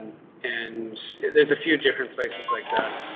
and there's a few different places like that.